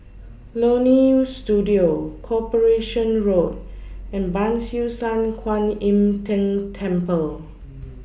Leonie Studio Corporation Road and Ban Siew San Kuan Im Tng Temple